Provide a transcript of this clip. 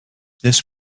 this